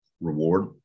reward